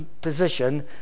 position